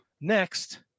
next